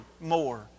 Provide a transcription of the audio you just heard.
more